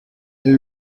elle